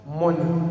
money